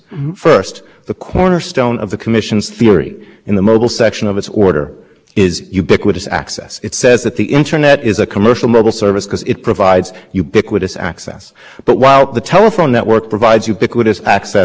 is ubiquitous access it says that the internet is a commercial service because it provides ubiquitous access but while the telephone network provides ubiquitous access among people who have telephone numbers and the internet provides ubiquitous access among people who have i